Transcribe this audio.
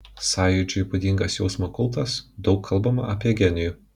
sąjūdžiui būdingas jausmo kultas daug kalbama apie genijų